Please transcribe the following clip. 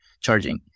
charging